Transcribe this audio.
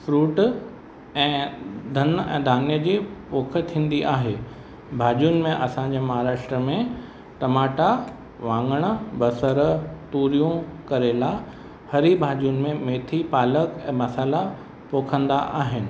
fruit ऐं धन ऐं धाने जी पोखु थींदी आहे भाॼियुनि में असांजा महाराष्ट्र में टमाटा वांगण बसरु तूरियूं करेला हरी भाॼियुनि में मेथी पालक ऐं मसाला पोखंदा आहिनि